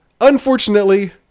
unfortunately